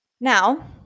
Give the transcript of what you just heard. Now